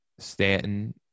Stanton